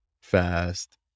fast